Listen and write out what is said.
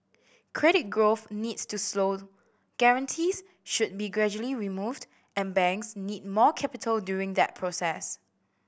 credit growth needs to slow guarantees should be gradually removed and banks need more capital during that process